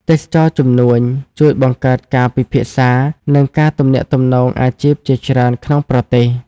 ទេសចរណ៍ជំនួញជួយបង្កើតការពិភាក្សា និងការទំនាក់ទំនងអាជីពជាច្រើនក្នុងប្រទេស។